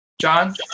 John